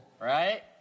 right